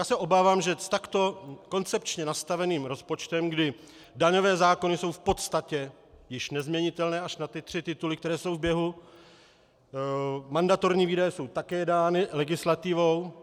Já se obávám, že s takto koncepčně nastaveným rozpočtem, kdy daňové zákony jsou v podstatě již nezměnitelné až na ty tři tituly, které jsou v běhu, mandatorní výdaje jsou také dány legislativou.